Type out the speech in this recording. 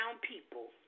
people